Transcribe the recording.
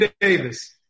Davis